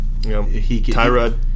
Tyrod